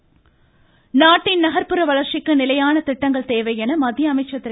புரி நாட்டின் நகர்ப்புற வளர்ச்சிக்கு நிலையான திட்டங்கள் தேவை என மத்திய அமைச்சர் திரு